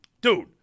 Dude